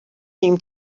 seem